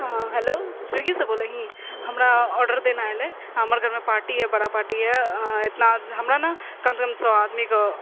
हँ हेलो स्विगीसँ बोलै ही हमरा ऑर्डर देना हलै हमर घरमे पार्टी हइ बड़ा पार्टी हइ एतना हमरा ने कमसँ कम सए आदमीके